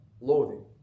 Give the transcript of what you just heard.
loathing